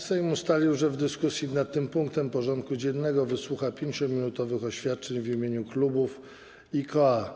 Sejm ustalił, że w dyskusji nad tym punktem porządku dziennego wysłucha 5-minutowych oświadczeń w imieniu klubów i koła.